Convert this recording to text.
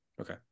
Okay